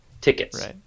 tickets